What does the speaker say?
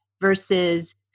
versus